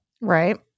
Right